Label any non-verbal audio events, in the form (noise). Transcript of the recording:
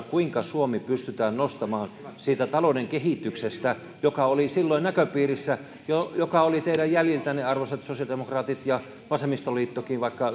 (unintelligible) kuinka suomi pystytään nostamaan siitä talouden kehityksestä joka oli silloin näköpiirissä joka joka oli teidän jäljiltänne arvoisat sosiaalidemokraatit ja vasemmistoliittokin vaikka (unintelligible)